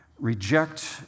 Reject